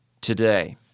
today